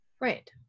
Right